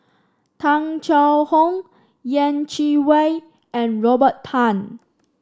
Tung Chye Hong Yeh Chi Wei and Robert Tan